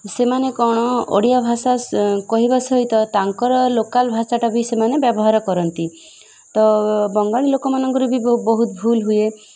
ସେମାନେ କ'ଣ ଓଡ଼ିଆ ଭାଷା କହିବା ସହିତ ତାଙ୍କର ଲୋକାଲ୍ ଭାଷାଟା ବି ସେମାନେ ବ୍ୟବହାର କରନ୍ତି ତ ବଙ୍ଗାଳୀ ଲୋକମାନଙ୍କର ବି ବହୁତ ଭୁଲ ହୁଏ